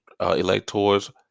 electors